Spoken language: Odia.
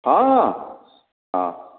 ହଁ ହଁ ହଁ